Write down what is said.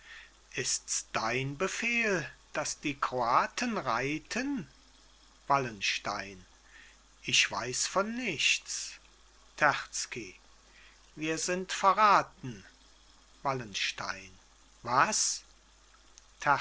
ists dein befehl daß die kroaten reiten wallenstein ich weiß von nichts terzky wir sind verraten wallenstein was